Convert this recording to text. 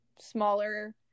smaller